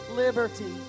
liberty